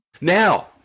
Now